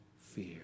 fear